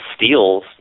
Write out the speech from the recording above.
steals